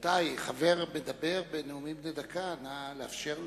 רבותי, חבר מדבר בנאומים בני דקה, נא לאפשר לו.